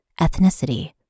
ethnicity